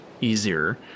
easier